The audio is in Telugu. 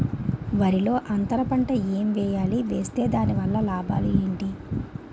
వరిలో అంతర పంట ఎం వేయాలి? వేస్తే దాని వల్ల లాభాలు ఏంటి?